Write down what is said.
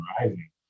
rising